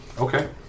Okay